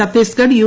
Chhattisgarh U